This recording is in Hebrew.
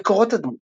מקורות הדמות